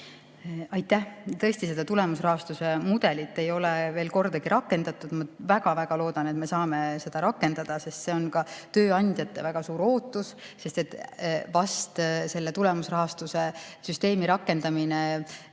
Aitäh! Tulemusrahastuse mudelit ei ole veel kordagi rakendatud. Ma väga-väga loodan, et me saame seda rakendada, sest see on ka tööandjate väga suur ootus, sest ehk selle tulemusrahastuse süsteemi rakendamine